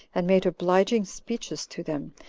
and made obliging speeches to them,